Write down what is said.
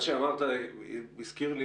מה שאמרת הזכיר לי